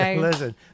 listen